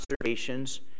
observations